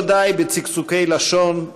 לא די בצקצוקי לשון,